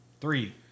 Three